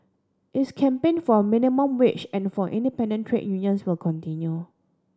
its campaign for minimum wage and for independent trade unions will continue